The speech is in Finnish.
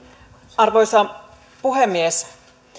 arvoisa puhemies